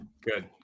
Good